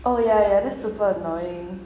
oh ya ya that's super annoying